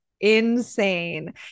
insane